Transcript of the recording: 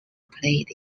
played